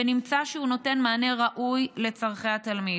ונמצא שהוא נותן מענה ראוי לצורכי התלמיד.